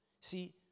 See